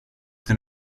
det